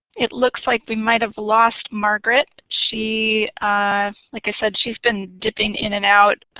it looks like we might have lost margaret. she, i like i said, she's been dipping in and out.